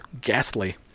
ghastly